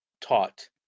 taught